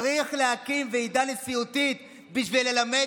צריך להקים ועידה נשיאותית בשביל ללמד